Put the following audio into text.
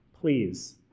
Please